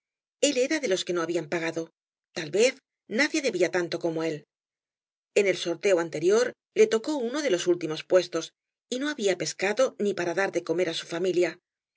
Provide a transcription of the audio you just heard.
el era de los que no habían pagado tal vez nadie debía tanto como él en el sorteo anterior le tocó uno de los últimos puestos y no había pescado ni para dar de comer á su familia